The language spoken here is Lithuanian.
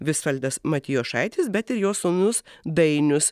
visvaldas matijošaitis bet ir jo sūnus dainius